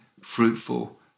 fruitful